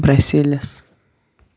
Brussels